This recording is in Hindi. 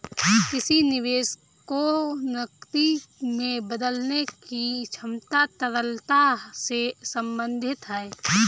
किसी निवेश को नकदी में बदलने की क्षमता तरलता से संबंधित है